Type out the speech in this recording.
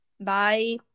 Bye